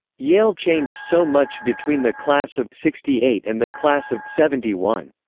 yale changed so much between the class of sixty eight and the class of seventy one.